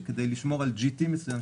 כדי לשמור על GT מסוים,